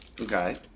Okay